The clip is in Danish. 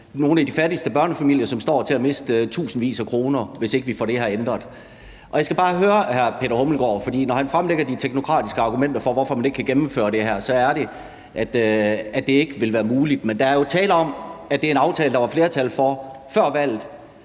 nogle af de fattigste børnefamilier, som står til at miste tusindvis af kroner, hvis ikke vi får det her ændret. Jeg skal bare høre den fungerende beskæftigelsesminister om noget, for når han fremlægger de teknokratiske argumenter for, at man ikke kan gennemføre det her, så går de på, at det ikke vil være muligt. Men der er jo tale om, at det er en aftale, der var flertal for før valget,